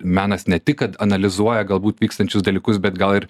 menas ne tik kad analizuoja galbūt vykstančius dalykus bet gal ir